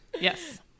Yes